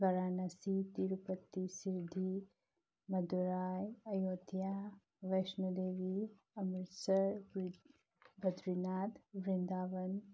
ꯕꯥꯔꯥꯅꯁꯤ ꯇꯤꯔꯨꯄꯇꯤ ꯁꯤꯜꯗꯤ ꯃꯗꯨꯔꯥꯏ ꯑꯌꯣꯗ꯭ꯌꯥ ꯋꯦꯁꯃꯗꯦꯕꯤ ꯑꯃ꯭ꯔꯤꯠꯁ꯭ꯔ ꯕꯗ꯭ꯔꯤꯅꯥꯠ ꯕ꯭ꯔꯤꯟꯗꯥꯕꯟ